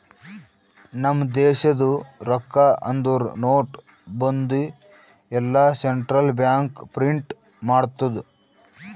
ನಮ್ ದೇಶದು ರೊಕ್ಕಾ ಅಂದುರ್ ನೋಟ್, ಬಂದಿ ಎಲ್ಲಾ ಸೆಂಟ್ರಲ್ ಬ್ಯಾಂಕ್ ಪ್ರಿಂಟ್ ಮಾಡ್ತುದ್